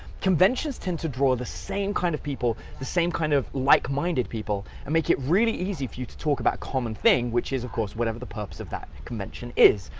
conventions tend to draw the same kind of people, the same kind of like-minded people, and make it really easy for you to talk about common thing, which is of course whatever the purpose of that convention is.